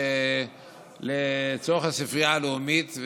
לצורך הספרייה הלאומית,